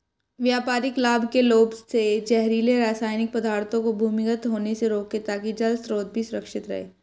व्यापारिक लाभ के लोभ से जहरीले रासायनिक पदार्थों को भूमिगत होने से रोकें ताकि जल स्रोत भी सुरक्षित रहे